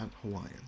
Hawaiian